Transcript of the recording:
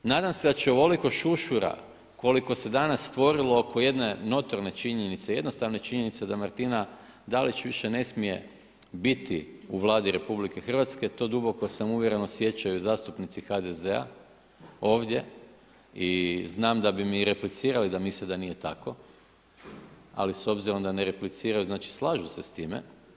Nadam se da će ovoliko šušura koliko se danas stvorilo oko jedne notorne činjenice, jednostavne činjenice da Martina DAlić više ne smije biti u Vladi RH, to duboko sam uvjeren osjećaju zastupnici HDZ-a ovdje i znam da bi mi replicirali da misle da nije tako, ali s obzirom da ne repliciraju znači slažu se s time.